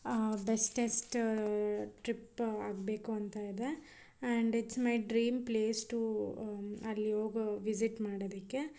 bestest trip ಆಗಬೇಕು ಅಂತ ಇದೆ and it's my dream place to ಅಲ್ಲಿ ಹೋಗೊ ವಿಸಿಟ್ ಮಾಡೋದಕ್ಕೆ